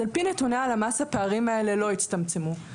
על פי נתוני הלמ"ס הפערים האלה לא הצטמצמו.